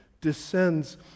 descends